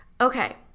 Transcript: Okay